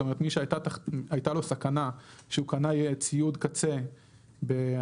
זאת אומרת מי שהייתה לו סכנה כשהוא קנה ציוד קצה באינטרנט,